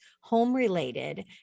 home-related